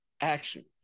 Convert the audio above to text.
action